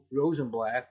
Rosenblatt